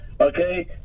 okay